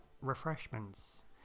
refreshments